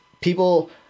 people